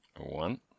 One